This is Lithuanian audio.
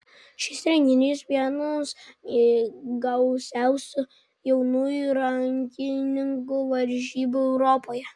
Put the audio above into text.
šis renginys vienos gausiausių jaunųjų rankininkų varžybų europoje